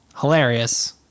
hilarious